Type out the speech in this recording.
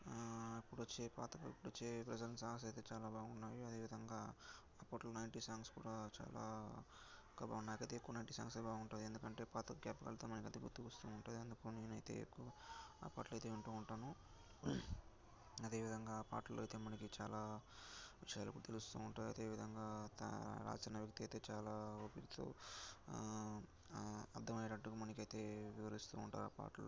ఇప్పుడు వచ్చే పాత పాటలు వచ్చే ప్రజెంట్ సాంగ్స్ అయితే చాలా బాగున్నాయి అదేవిధంగా అప్పట్లో నైన్టీస్ సాంగ్స్ కూడా చాలా ఇంకా బాగున్నాయి నాకైతే ఎక్కువ నైన్టీస్ సాంగ్సే బాగుంటాయి ఎందుకంటే పాత జ్ఞాపకాలు అయితే మనకైతే గుర్తుకు వస్తూ ఉంటాయి అందుకు నేనైతే ఎక్కువగా అ పాటలు అయితే వింటూ ఉంటాను అదేవిధంగా పాటలో అయితే మనకి చాలా హుషారు కూడా తెలుస్తూ ఉంటుంది అదేవిధంగా రచన వృత్తి అయితే చాలా ఓపికతో అర్థమయ్యేటట్టు మనకైతే వివరిస్తూ ఉంటారు ఆ పాటల్లో